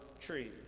tree